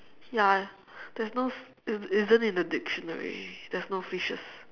ya there's no isn't in the dictionary there's no fishes